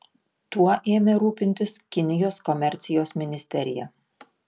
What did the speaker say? tuo ėmė rūpintis kinijos komercijos ministerija